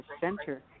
Center